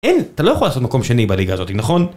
אין, אתה לא יכול לעשות מקום שני בליגה הזאתי, נכון?